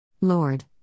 Lord